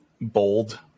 bold